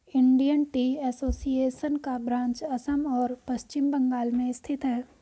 Indian tea association का branch Assam और पश्चिम बंगाल में स्थित है